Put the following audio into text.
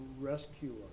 rescue